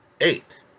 eight